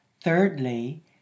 thirdly